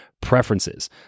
preferences